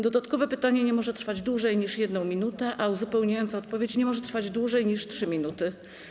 Dodatkowe pytanie nie może trwać dłużej niż 1 minutę, a uzupełniająca odpowiedź nie może trwać dłużej niż 3 minuty.